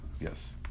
Yes